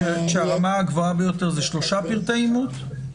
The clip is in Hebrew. הרמה הגבוהה ביותר זה שלושה פרטי אימות?